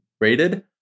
rated